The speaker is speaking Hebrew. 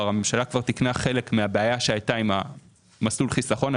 הממשלה כבר תיקנה חלק מהבעיה שהייתה עם מסלול החיסכון,